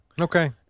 Okay